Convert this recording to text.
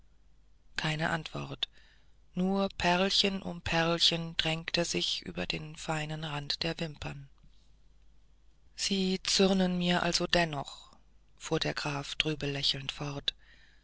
keine antwort nur perlchen um perlchen drängt sich über den feinen rand der wimpern sie zürnen mir also dennoch fuhr martiniz trübe lächelnd fort